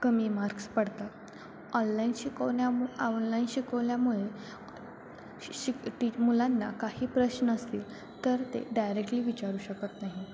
कमी मार्क्स पडतात ऑनलाईन शिकवन्यामु ऑनलाईन शिकवल्यामुळे शिक टीच मुलांना काही प्रश्न असतील तर ते डायरेक्टली विचारू शकत नाही